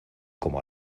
como